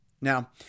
Now